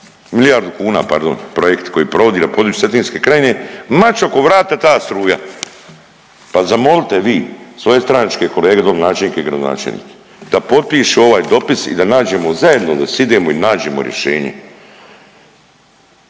milijardu kuna pardon projekt koji provodi na području Cetinske krajine, mač oko vrata ta struja. Pa zamolite vi svoje stranačke kolege doli načelnike i gradonačelnike da potpišu ovaj dopis i da nađemo zajedno da sidemo i da nađemo rješenje.